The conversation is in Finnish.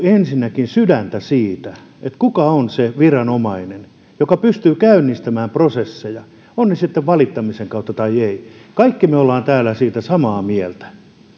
ensinnäkin jo sydäntä siinä kuka on se viranomainen joka pystyy käynnistämään prosesseja tulevat ne sitten valittamisen kautta tai eivät kaikki me olemme täällä siitä samaa mieltä